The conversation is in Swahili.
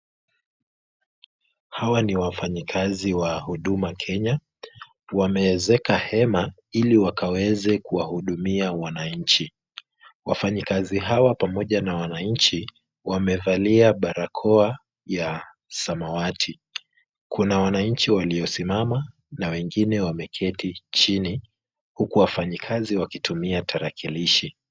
Hawa ni wafanyi kazi wa huduma Kenya. Wameezeka hema ili wakaweze kuwahudumia wananchi. Wafanyi kazi hawa pamoja na wananchi wamevalia barakoa ya samawati. Kuna wananchi waliosimama na wengine wameketi chini huku wafanyikazi wakitumia tarakilishi.